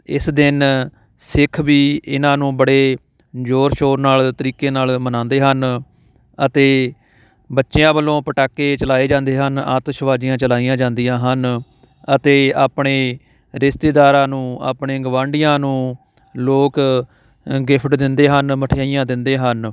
ਇਸ ਦਿਨ ਸਿੱਖ ਵੀ ਇਹਨਾਂ ਨੂੰ ਬੜੇ ਜ਼ੋਰ ਸ਼ੋਰ ਨਾਲ ਤਰੀਕੇ ਨਾਲ ਮਨਾਉਂਦੇ ਹਨ ਅਤੇ ਬੱਚਿਆਂ ਵੱਲੋਂ ਪਟਾਕੇ ਚਲਾਏ ਜਾਂਦੇ ਹਨ ਆਤਿਸ਼ਬਾਜ਼ੀਆਂ ਚਲਾਈਆਂ ਜਾਂਦੀਆਂ ਹਨ ਅਤੇ ਆਪਣੇ ਰਿਸ਼ਤੇਦਾਰਾਂ ਨੂੰ ਆਪਣੇ ਗੁਆਂਢੀਆਂ ਨੂੰ ਲੋਕ ਗਿਫਟ ਦਿੰਦੇ ਹਨ ਮਠਿਆਈਆਂ ਦਿੰਦੇ ਹਨ